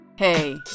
Hey